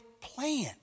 plan